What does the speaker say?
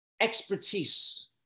expertise